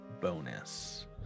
bonus